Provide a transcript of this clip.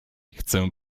chcę